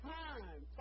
time